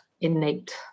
innate